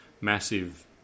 massive